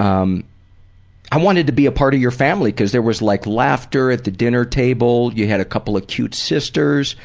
um i wanted to be a part of your family because there was like laughter at the dinner table, you had a couple of cute sisters